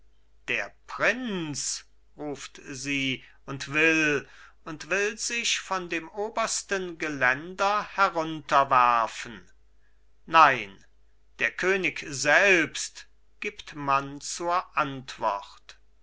der prinz ruft sie und will und will sich von dem obersten geländer herunterwerfen nein der könig selbst gibt man zur antwort